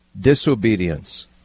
disobedience